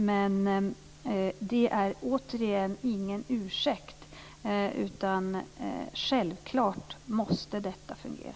Men det är återigen ingen ursäkt. Självklart måste detta fungera.